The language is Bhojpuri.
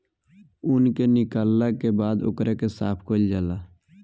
ऊन के निकालला के बाद ओकरा के साफ कईल जाला